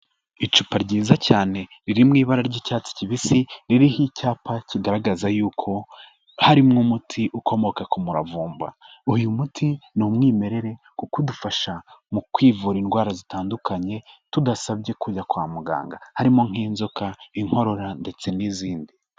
Icupa ryiza cyane riri mu ibara ry'icyatsi kibisi ririho icyapa kigaragaza yuko harimwo umuti ukomoka ku muravumba, uyu muti ni umwimerere kuko udufasha mu kwivura indwara zitandukanye tudasabye kujya kwa muganga, harimo nk'inzoka, inkorora ndetse n'izindi.